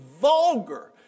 vulgar